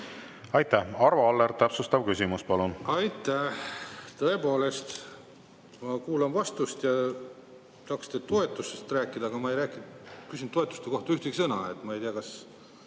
Aitäh! Arvo Aller, täpsustav küsimus, palun! Aitäh! Tõepoolest, ma kuulasin vastust, te hakkasite toetustest rääkima, aga ma ei küsinud toetuste kohta ühtegi sõna. Ma ei tea, kas